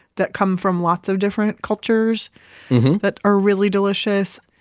that come from lots of different cultures that are really delicious.